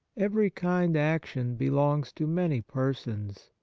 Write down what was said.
every kind action belongs to many persons,